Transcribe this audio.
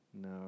No